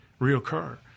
reoccur